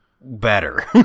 better